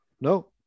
no